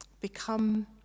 become